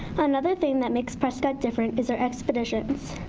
another thing that makes prescott different is our expeditions.